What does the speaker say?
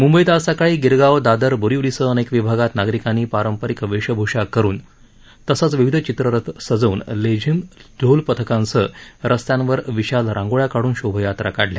मुंबईत आज सकाळी गिरगाव दादर बोरिवलीसह अनेक विभागात नागरिकांनी पारंपारिक वेशभूषा करुन तसंच विविध चित्ररथ सजवून लेझीम ढोलपथकांसह रस्त्यांवर विशाल रांगोळया काढून शोभा यात्रा काढल्या